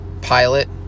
pilot